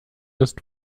ist